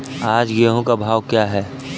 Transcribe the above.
आज गेहूँ का भाव क्या है?